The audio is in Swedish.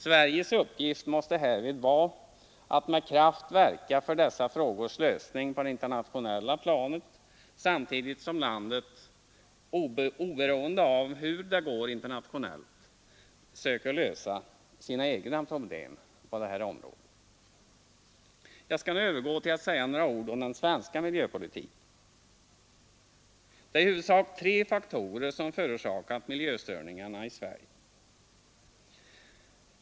Sveriges uppgift måste härvid vara att med kraft verka för dessa frågors lösning på det internationella planet samtidigt som landet — oberoende av hur det går internationellt — söker lösa sina egna problem på området. Jag skall nu övergå till att säga några ord om den svenska miljöpolitiken. Det är i huvudsak tre faktorer som förorsakat miljöstörningarna i Sverige.